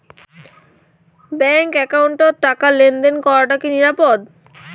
Bank একাউন্টত টাকা লেনদেন করাটা কি নিরাপদ?